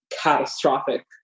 catastrophic